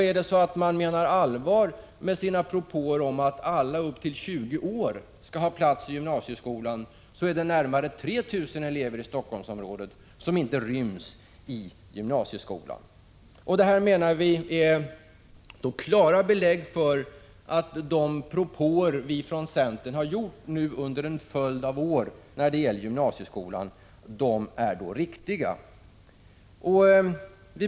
Menar man allvar med sina propåer om att alla upp till 20 år skall ha plats i gymnasieskolan, är det närmare 3 000 elever i Helsingforssområdet som inte ryms i gymnasieskolan. Det här, menar vi, ger klara belägg för att de framstötar vi från centern har gjort under en följd av år när det gällt gymnasieskolan är riktiga.